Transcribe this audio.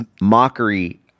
mockery